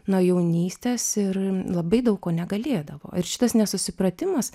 nuo jaunystės ir labai daug ko negalėdavo ir šitas nesusipratimas